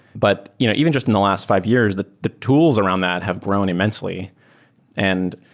but you know even just in the last five years, the the tools around that have grown immensely and